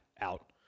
out